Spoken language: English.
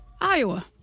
Iowa